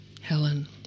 Helen